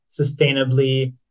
sustainably